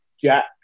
Jack